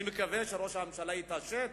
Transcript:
אני מקווה שראש הממשלה יתעשת,